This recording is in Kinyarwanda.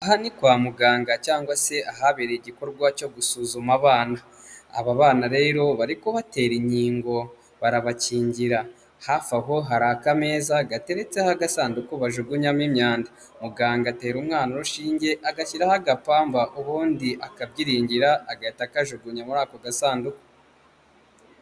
Aha ni kwa muganga cyangwa se ahabereye igikorwa cyo gusuzuma abana, aba bana rero bari kubatera inkingo barabakingira, hafi aho hari akamezaza gateretseho agasanduku bajugunyamo imyanda, muganga atera umwana urushinge agashyiraho agapamba ubundi akabyiringira agahita akajugunya muri ako gasanduku.